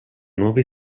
nuovi